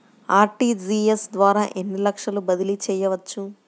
RTGS ద్వారా ఎన్ని లక్షలు బదిలీ చేయవచ్చు?